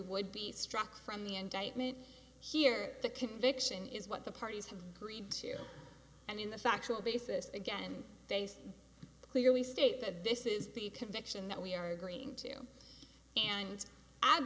would be struck from the indictment here the conviction is what the parties have agreed to and in the factual basis again based clearly stated this is the conviction that we are going to and